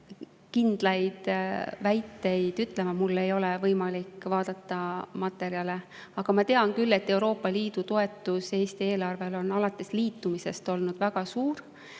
kindlaid väiteid ütlema, mul ei ole võimalik vaadata materjale, aga ma tean küll, et Euroopa Liidu toetus Eesti eelarves on alates liitumisest olnud väga suur.